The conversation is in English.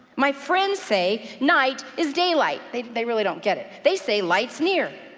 my friends say night is daylight. they they really don't get it. they say light's near,